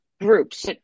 groups